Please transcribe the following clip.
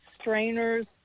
strainers